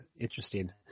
Interesting